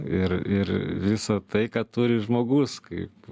ir ir visa tai ką turi žmogus kaip